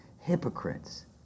hypocrites